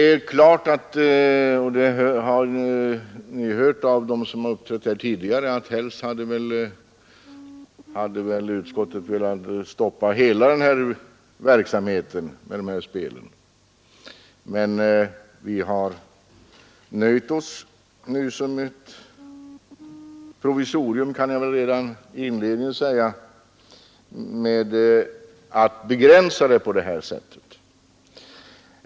Som kammaren redan hört av dem som har uppträtt tidigare hade utskottet helst velat stoppa hela den här spelverksamheten, men vi har nöjt oss, som ett provisorium, med att begränsa den.